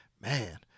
man